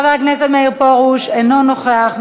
חבר הכנסת מאיר פרוש, אינו נוכח.